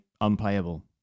unplayable